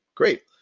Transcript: Great